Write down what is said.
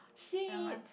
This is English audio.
shit